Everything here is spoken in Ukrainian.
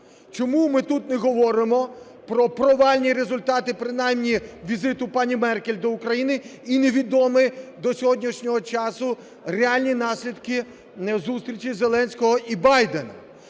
Чому ми тут не говоримо про провальні результати принаймні візиту пані Меркель до України і невідомі до сьогоднішнього часу реальні наслідки зустрічі Зеленського і Байдена?